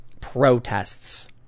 Protests